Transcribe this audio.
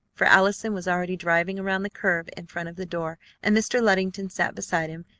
for allison was already driving around the curve in front of the door, and mr. luddington sat beside him,